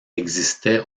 existait